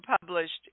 published